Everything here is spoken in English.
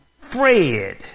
Fred